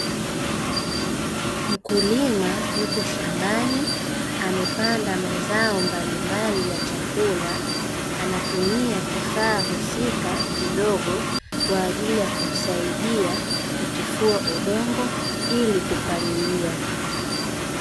Mkulima yupo shambani amepanda mazao mbalimbali ya chakula, anatumia kifaa husika kidogo kwa ajili ya kumsaidia kutifua udongo ili kupalilia.